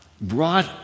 brought